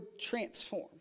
transform